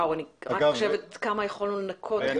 אני רק חושבת כמה יכולנו לנקות.